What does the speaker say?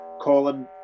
colin